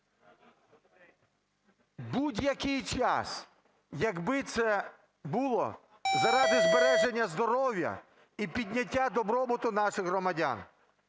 будь-який час, якби це було заради збереження здоров'я і підняття добробуту наших громадян.